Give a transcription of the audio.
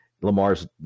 lamar's